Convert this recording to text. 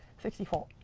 sixty four.